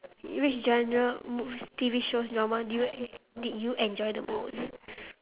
which genre movies T_V shows drama do you did you enjoy the most